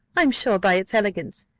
i am sure, by its elegance,